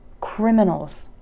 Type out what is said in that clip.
criminals